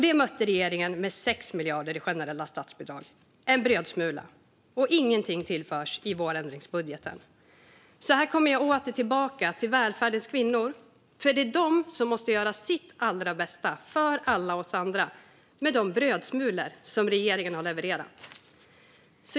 Det mötte regeringen med 6 miljarder i generella statsbidrag - en brödsmula. Och ingenting tillförs i vårändringsbudgeten. Jag kommer tillbaka till välfärdens kvinnor. Det är nämligen de som måste göra sitt allra bästa för alla oss andra med de brödsmulor som regeringen har levererat.